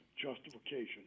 Justification